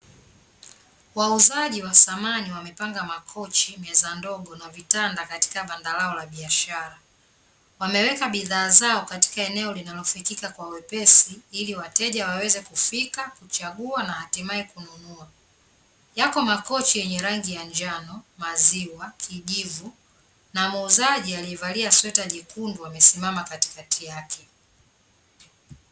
Wauzaji wa samani wamepanga makochi, meza ndogo na vitanda katika banda lao la biashara, wameweka bidhaa zao katika eneo linalofikia kwa wepesi ili wateja waweze kufika, kuchagua na hatimaye kununua, yako makochi yenye rangi ya njano, maziwa, kijivu na muuzaji aliyevalia sweta jekundu amesimama katikati yake.